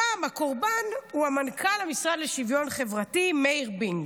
הפעם הקורבן הוא מנכ"ל המשרד לשוויון חברתי מאיר בינג.